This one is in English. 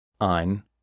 ein